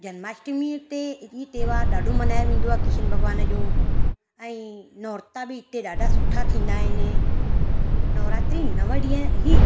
जन्माष्टमी ते ई त्योहार ॾाढो मल्हायो वेंदो आहे किशन भॻिवान जो ऐं नौरता बि इते ॾाढा सुठा थींदा आहिनि नवरात्री नव ॾींहं ई